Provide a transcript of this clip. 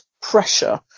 pressure